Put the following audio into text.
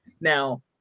Now